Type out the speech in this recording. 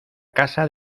casa